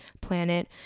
planet